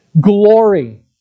glory